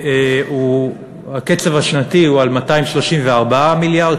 וכרגע הקצב השנתי הוא 234 מיליארד.